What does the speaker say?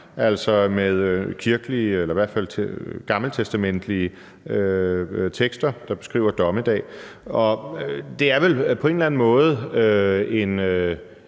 altså med kirkelige eller i hvert fald gammeltestamentlige tekster, der beskriver dommedag. Og det er vel på en eller anden måde en